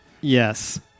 Yes